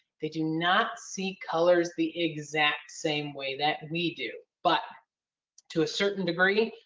they do not see colors the exact same way that we do, but to a certain degree,